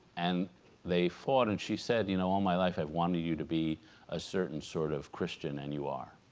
and they fought and she said you know all my life i've wanted you to be a certain sort of christian and you are